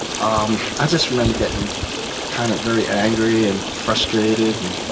um just remember getting kind of very angry and frustrated.